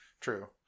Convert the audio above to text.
True